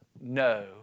no